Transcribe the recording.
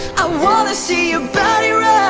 i wanna see your body rock